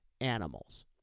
animals